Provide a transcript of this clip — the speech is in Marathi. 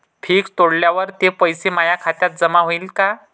फिक्स तोडल्यावर ते पैसे माया खात्यात जमा होईनं का?